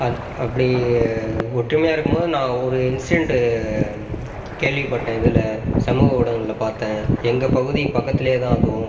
அப்படி ஒற்றுமையாக இருக்கும்போது நான் ஒரு இன்சிடெண்ட் கேள்விப்பட்டேன் இதில் சமூக ஊடகங்களில் பார்த்தேன் எங்கள் பகுதிக்கு பக்கத்திலயேதான் அதுவும்